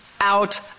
out